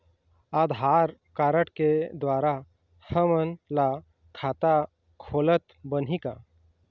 आधार card के द्वारा हमन ला खाता खोलत बनही का?